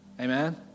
Amen